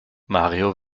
mario